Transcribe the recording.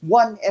one